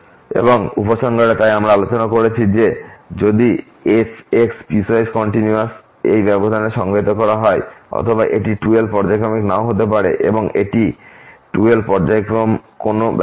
এবং শুধু উপসংহারে তাই আমরা আলোচনা করেছি যে যদি f পিসওয়াইস কন্টিনিউয়াস এই ব্যবধানে সংজ্ঞায়িত করা হয় অথবা এটি 2l পর্যায়ক্রমিক নাও হতে পারে অথবা এটি 2l পর্যায়ক্রম কোন ব্যাপার না